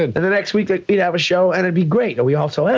and the next week, like you'd have a show and it'd be great. and we all so yeah